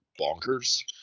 bonkers